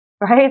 right